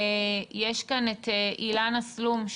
נמצאת כאן אילנה סלום,